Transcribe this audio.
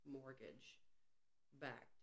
mortgage-backed